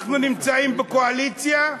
אנחנו נמצאים בקואליציה,